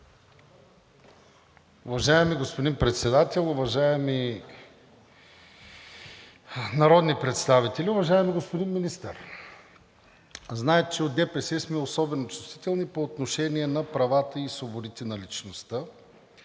Уважаеми господин Председател, уважаеми народни представители! Уважаеми господин Министър, знаете, че от ДПС сме особено чувствителни по отношение на правата и свободите на личността